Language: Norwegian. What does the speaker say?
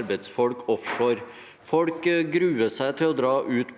arbeidsfolk offshore. Folk gruer seg til å dra ut.